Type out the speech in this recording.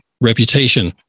reputation